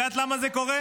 את יודעת למה זה קורה?